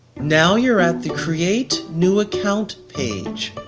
now you're at the create new account page.